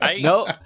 no